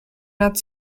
nad